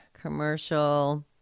commercial